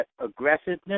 aggressiveness